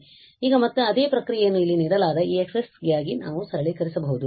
ಆದ್ದರಿಂದ ಈಗ ಮತ್ತೆ ಅದೇ ಪ್ರಕ್ರಿಯೆಯನ್ನು ಇಲ್ಲಿ ನೀಡಲಾದ ಈ X ಗಾಗಿ ನಾವು ಸರಳೀಕರಿಸಬಹುದು